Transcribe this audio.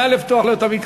נא לפתוח לו את המיקרופון.